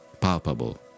palpable